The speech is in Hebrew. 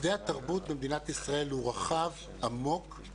שדה התרבות במדינת ישראל הוא רחב, עמוק.